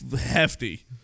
hefty